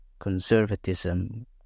Conservatism